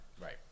Right